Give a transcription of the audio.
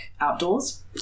outdoors